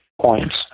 points